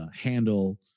handle